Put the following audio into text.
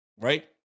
right